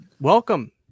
welcome